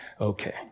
Okay